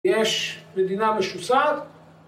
‫יש מדינה משוסעת.